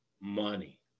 money